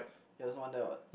yeah there's one there [what]